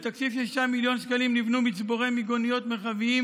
בתקציב של 6 מיליון שקלים נבנו מצבורי מיגוניות מרחביים